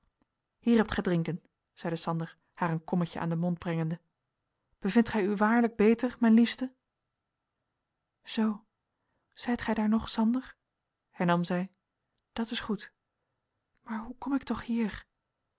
hier hebt gij drinken zeide sander haar een kommetje aan den mond brengende bevindt gij u waarlijk beter mijn liefste zoo zijt gij daar nog sander hernam zij dat is goed maar hoe kom ik toch hier